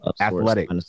athletic